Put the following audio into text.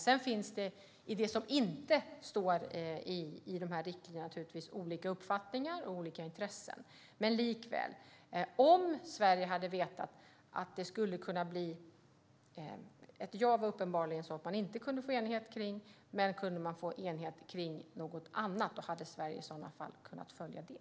Sedan finns det när det gäller det som inte står i de här riktlinjerna naturligtvis olika uppfattningar och olika intressen. Det var uppenbarligen så att man inte kunde få enighet kring ett ja, men skulle Sverige, om man hade vetat att man kunde få enighet kring något annat, i sådana fall kunnat följa det?